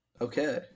Okay